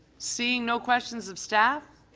seeing no questions of staff,